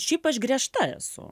šiaip aš griežta esu